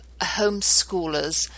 homeschoolers